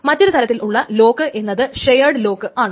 മറ്റൊരു തരത്തിലുള്ള ലോക്ക് എന്നത് ഷെയേട് ലോക്ക് ആണ്